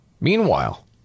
Meanwhile